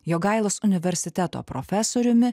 jogailos universiteto profesoriumi